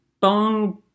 bone